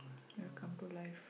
welcome to life